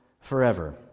forever